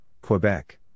Quebec